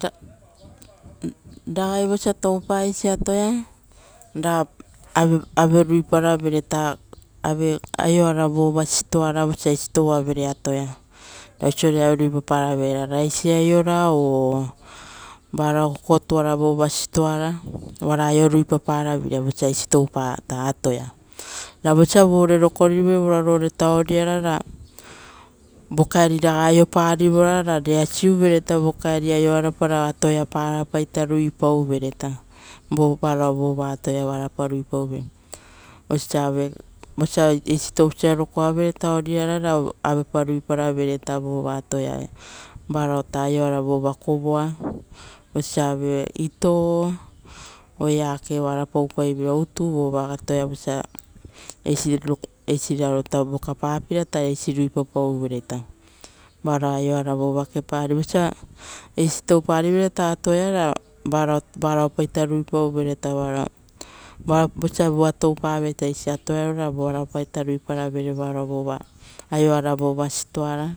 Ra ragai vosa toupa eisi atoia, ra ave ave ruiparavereita ave aioara vova stoara vosa eisi toua vere atoia ra oisove ave rupaparavere ra raisi aiora o varao kokotuara vova stoara oara aio ruipaparaviira vosa esi toupa atoea. Ravosa vore rokorivere vore taonia ra vo aioraga aioparivora ra reasi-uvereita vo kaeri aio arapa ra atoipa rapa ruipau vereita, vo varao vova atoia oarapa nuipauvere. Oisoiata avo vosiaita esita tousa rokoavere taonia ra auepa ruiparavere varao vova atoia varao vova akovoa, oiso ave itoo o eake oara paupeiveira utuu vova atoia oara vosa eisi raro vokapapeira eisi ruipapauvereita varao aioara vova kepaa ari vosa eisi touparivere atoia ra varao varaopaita ruipauvereita varao vosa voa toupave eise atoia ra varaopaita ruparavere varao vova aioara vova stoa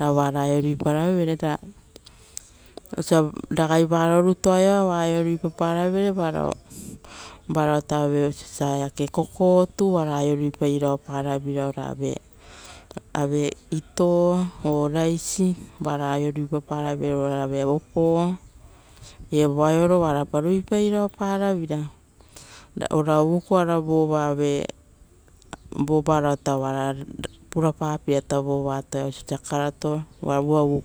ra vara aio ruiparavere ra osia ragai varo rutu aioa oa aio ruipaparavere varo, varaoita ave oisoita eake kokotu oara aio ruipairooparaveira ora ave, ave itoo-o raisi varo aio ruipaparavere ora ave opoo. Evo aioro oarapa ruipairaoparavei ra ora ukoara vova ave, varasita oara purapapepeira oisita karato ora vova uva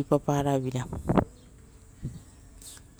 ukopapeira.